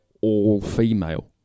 all-female